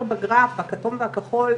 תוצאה של בדיקה שאני יודע כרופא שהכל בסדר,